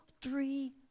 three